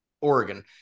Oregon